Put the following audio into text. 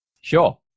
Sure